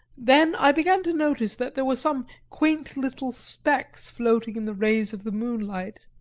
then i began to notice that there were some quaint little specks floating in the rays of the moonlight.